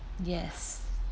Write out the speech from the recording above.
yes